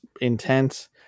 intense